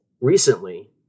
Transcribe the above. Recently